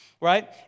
right